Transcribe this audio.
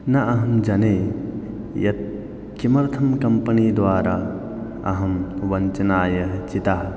न अहं जाने यत् किमर्थं कम्पनिद्वारा अहं वञ्चनायै चितः